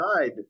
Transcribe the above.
died